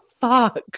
fuck